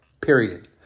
period